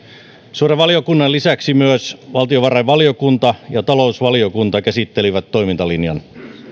suuren valiokunnan lisäksi myös valtiovarainvaliokunta ja talousvaliokunta käsittelivät toimintalinjan